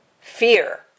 Fear